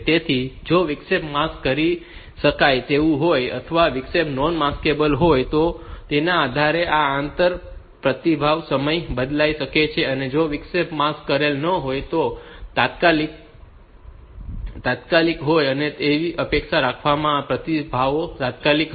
તેથી જો વિક્ષેપ માસ્ક કરી શકાય તેવું હોય અથવા વિક્ષેપ નૉન માસ્કેબલ હોય તો તેના આધારે આ આંતર પ્રતિભાવ સમય બદલાઈ શકે છે અને જો વિક્ષેપ માસ્ક કરેલ ન હોય તો તાત્કાલિક હોય છે અને તો એવી અપેક્ષા રાખવામાં આવે છે કે પ્રતિભાવો તાત્કાલિક હશે